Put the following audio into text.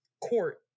Court